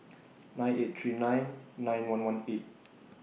nine eight three nine nine one one eight